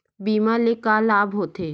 बीमा ले का लाभ होथे?